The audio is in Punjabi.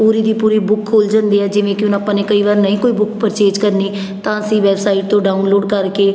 ਪੂਰੀ ਦੀ ਪੂਰੀ ਬੁੱਕ ਖੁੱਲ੍ਹ ਜਾਂਦੀ ਹੈ ਜਿਵੇਂ ਕਿ ਹੁਣ ਆਪਾਂ ਨੇ ਕਈ ਵਾਰ ਨਹੀਂ ਕੋਈ ਬੁੱਕ ਪਰਚੇਜ ਕਰਨੀ ਤਾਂ ਅਸੀਂ ਵੈਬਸਾਈਟ ਤੋਂ ਡਾਊਨਲੋਡ ਕਰਕੇ